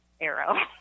arrow